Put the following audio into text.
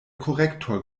korrektor